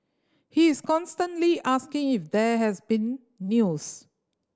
he is constantly asking if there has been news